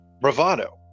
bravado